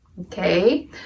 okay